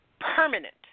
permanent